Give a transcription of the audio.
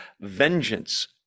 vengeance